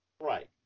Right